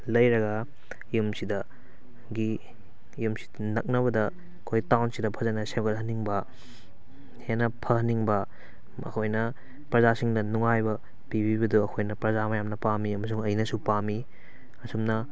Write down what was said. ꯂꯩꯔꯒ ꯌꯨꯝꯁꯤꯗꯒꯤ ꯌꯨꯝꯁꯤꯗ ꯅꯛꯅꯕꯗ ꯑꯩꯈꯣꯏ ꯇꯥꯎꯟꯁꯤꯗ ꯐꯖꯅ ꯁꯦꯝꯒꯠꯍꯟꯅꯤꯡꯕ ꯍꯦꯟꯅ ꯐꯍꯟꯅꯤꯡꯕ ꯃꯈꯣꯏꯅ ꯄ꯭ꯔꯖꯥꯁꯤꯡꯗ ꯅꯨꯡꯉꯥꯏꯕ ꯄꯤꯕꯤꯕꯗꯣ ꯑꯩꯈꯣꯏꯅ ꯄ꯭ꯔꯖꯥ ꯃꯌꯥꯝꯅ ꯄꯥꯝꯃꯤ ꯑꯃꯁꯨꯡ ꯑꯩꯅꯁꯨ ꯄꯥꯝꯃꯤ ꯑꯁꯨꯝꯅ